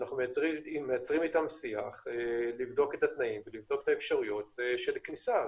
ואנחנו מייצרים אתם שיח לבדוק את התנאים ואת האפשרויות של כניסה.